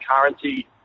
currency